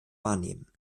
wahrnehmen